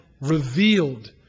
revealed